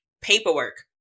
paperwork